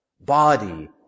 body